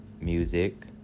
music